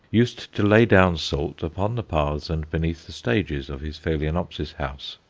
used to lay down salt upon the paths and beneath the stages of his phaloenopsis house.